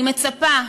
אני מצפה,